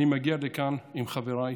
אני מגיע לכאן עם חבריי